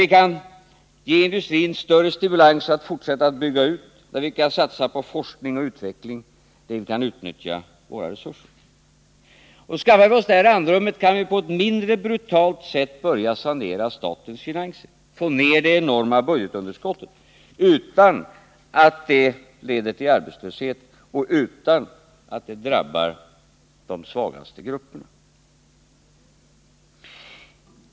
Vi kan ge industrin större stimulans att fortsätta att bygga ut, vi kan satsa på forskning och utveckling, vi kan utnyttja våra resurser. Och skaffar vi oss det här andrummet kan vi på ett mindre brutalt sätt börja sanera statens finanser, få ner det enorma budgetunderskottet utan att det leder till arbetslöshet och utan att det drabbar de svagaste grupperna.